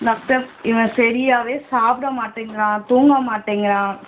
doctor இவன் சரியாவே சாப்பிட மாட்டேங்கிறான் தூங்க மாட்டேங்கிறான்